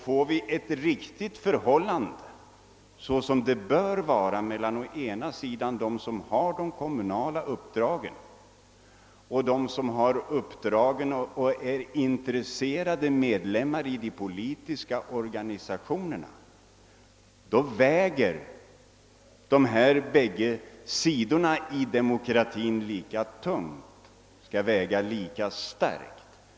Får vi ett riktigt förhållande som det bör vara mellan å ena sidan dem som har de kommunala uppdragen och dem som har uppdragen och är intresserade i de politiska organisationerna, väger de båda sidorna i demokratin lika tungt.